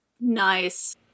Nice